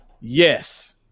Yes